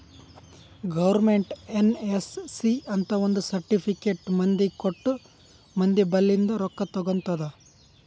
government NSC ಅಂತ್ ಒಂದ್ certificate ಮಂದಿಗ ಕೊಟ್ಟು ಮಂದಿ ಬಲ್ಲಿಂದ್ ರೊಕ್ಕಾ ತಗೊತ್ತುದ್